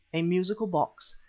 a musical box,